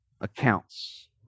accounts